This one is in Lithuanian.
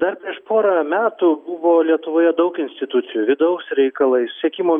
dar prieš porą metų buvo lietuvoje daug institucijų vidaus reikalai sekimo